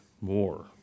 more